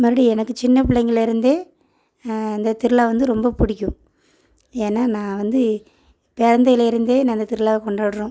மறுபடியும் எனக்கு சின்ன பிள்ளைகளிலேருந்தே அந்த திருவிழா வந்து ரொம்ப பிடிக்கும் ஏன்னால் நான் வந்து பிறந்தலேருந்தே நாங்கள் திருவிழாவ கொண்டாடுகிறோம்